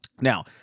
Now